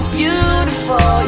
beautiful